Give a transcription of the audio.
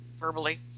Verbally